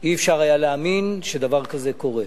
לא היה אפשר להאמין שדבר כזה קורה.